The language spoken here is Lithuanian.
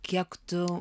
kiek tu